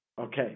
Okay